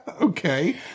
Okay